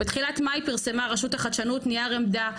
בתחילת מאי פרסמה רשות החדשנות נייר עמדה,